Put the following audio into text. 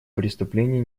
преступления